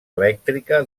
elèctrica